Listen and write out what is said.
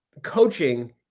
Coaching